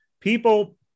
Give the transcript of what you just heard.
people